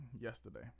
yesterday